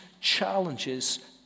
challenges